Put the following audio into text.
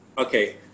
Okay